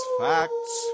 facts